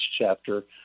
chapter